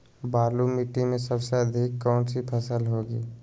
बालू मिट्टी में सबसे अधिक कौन सी फसल होगी?